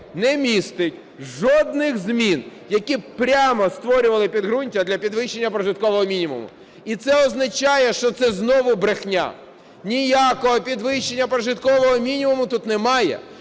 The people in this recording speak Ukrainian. не містить жодних змін, які б прямо створювали підґрунтя для підвищення прожиткового мінімуму. І це означає, що це знову брехня. Ніякого підвищення прожиткового мінімуму тут немає.